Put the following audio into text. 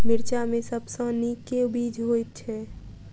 मिर्चा मे सबसँ नीक केँ बीज होइत छै?